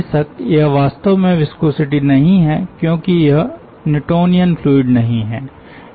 बेशक यह वास्तव में विस्कोसिटी नहीं है क्योंकि यह न्यूटोनियन फ्लूइड नहीं है